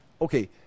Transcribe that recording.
okay